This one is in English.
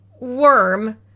worm